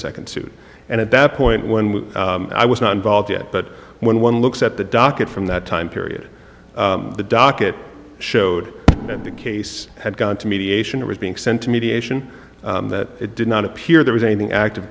second suit and at that point one i was not involved yet but when one looks at the docket from that time period the docket showed that the case had gone to mediation or was being sent to mediation that it did not appear there was anything active